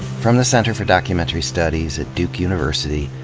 from the center for documentary studies at duke university,